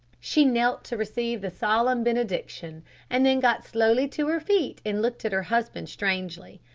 she knelt to receive the solemn benediction and then got slowly to her feet and looked at her husband strangely.